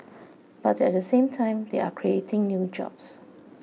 but at the same time they are creating new jobs